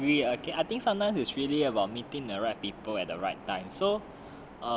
ya I agree I can I think sometimes is really about meeting the right people at the right time so